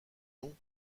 noms